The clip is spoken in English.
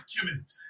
document